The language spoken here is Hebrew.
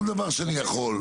כל דבר שאני יכול,